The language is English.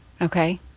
Okay